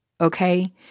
okay